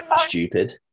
stupid